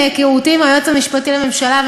מהיכרותי עם היועץ המשפטי לממשלה,